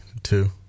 two